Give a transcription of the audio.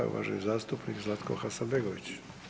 Uvaženi zastupnik Zlatko Hasanbegović.